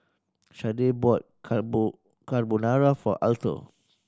Shardae bought Carbonara for Alto